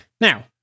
Now